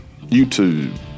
YouTube